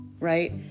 Right